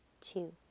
two